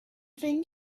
thing